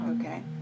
okay